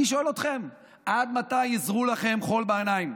אני שואל אתכם: עד מתי יזרו לכם חול בעיניים?